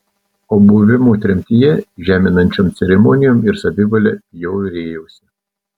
o buvimu tremtyje žeminančiom ceremonijom ir savivale bjaurėjausi